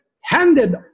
handed